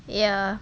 ya